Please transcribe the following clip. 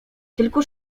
tylko